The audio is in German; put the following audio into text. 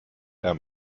der